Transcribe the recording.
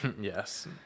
yes